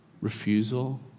refusal